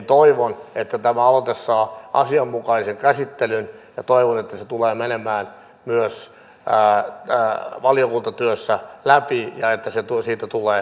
toivon että tämä aloite saa asianmukaisen käsittelyn ja toivon että se tulee menemään myös valiokuntatyössä läpi ja että siitä tulee laki meille myöhemmin